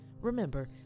Remember